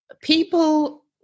people